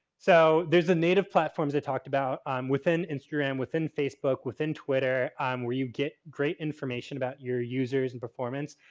so, there's native platforms i talked about um within instagram, within facebook, within twitter um where you get great information about your users and performance.